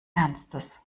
ernstes